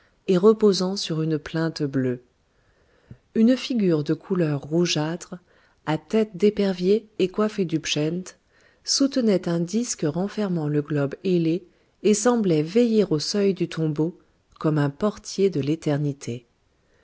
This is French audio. et reposant sur une plinthe bleue une figure de couleur rougeâtre à tête d'épervier et coiffée du pschent soutenait un disque renfermant le globe ailé et semblait veiller au seuil du tombeau comme un portier de l'éternité